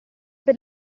per